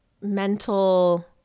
mental